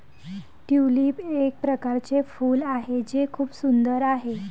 tulip एक प्रकारचे फूल आहे जे खूप सुंदर आहे